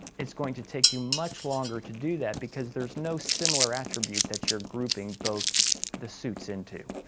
it's going to take you much longer to do that because there is no similar attribute that you are grouping both the suits into.